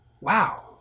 wow